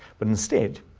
but instead,